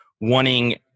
wanting